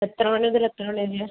എത്ര മണി മുതൽ എത്ര മണി വരെയാണ്